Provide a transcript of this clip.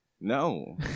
No